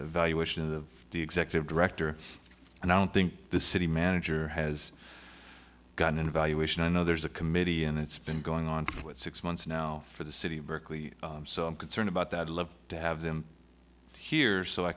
the valuation of the executive director and i don't think the city manager has gotten an evaluation i know there's a committee and it's been going on for six months now for the city of berkeley so i'm concerned about that love to have them here so i